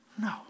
No